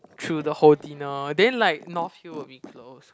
through the whole dinner then like north-hill will be closed